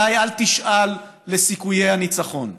אזי אל תשאל לסיכויי הניצחון,